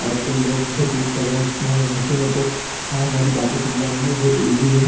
आजकल लोग बहुत यूज़ कर रहे हैं जिसमें मशीनों को हमारी बातें समझाने में बहुत ईज़ी है